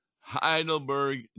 Heidelberg